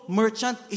merchant